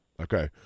Okay